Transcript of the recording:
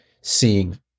seeing